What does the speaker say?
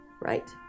Right